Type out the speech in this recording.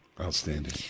Outstanding